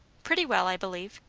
pretty well, i believe.